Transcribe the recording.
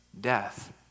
death